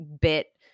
bit